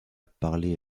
parler